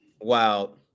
wow